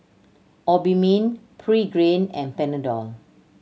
Obimin Pregain and Panadol